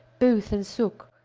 booth, and sook,